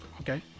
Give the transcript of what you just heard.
Okay